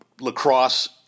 lacrosse